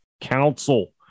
Council